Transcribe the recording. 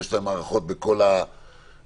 יש להם מערכות בכל המתקנים,